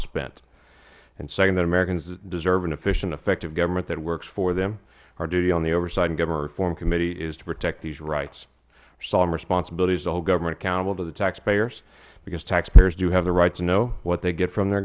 spent and second americans deserve an efficient effective government that works for them our duty on the oversight and government reform committee is to protect these rights our solemn responsibility is to hold government accountable to the taxpayers because taxpayers do have the right to know what they get from their